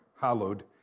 hallowed